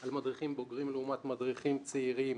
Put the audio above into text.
על מדריכים בוגרים לעומת מדריכים צעירים,